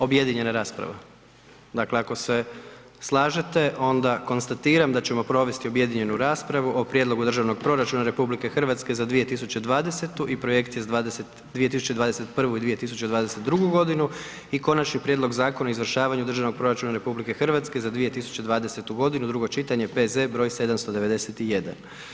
Objedinjena rasprava. dakle, ako se slažete onda konstatiram da ćemo provesti objedinjenu raspravu o Prijedlogu Državnog proračuna RH za 2020. i projekciju za 2021. i 2022. godinu i Konačni prijedlog Zakona o izvršavanju Državnog proračuna RH za 2020. g., drugo čitanje, P.Z. br. 791.